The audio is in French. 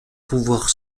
pouvoir